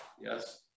Yes